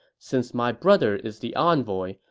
since my brother is the envoy,